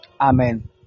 Amen